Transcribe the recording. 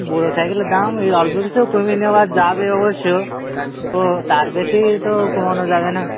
বড় সাইকেলের দাম এই অল্পবিস্তর কমিয়ে নেওয়া যাবে অবশ্য তো তার বেশি তো কমানো যাবে না